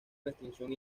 restricción